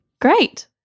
great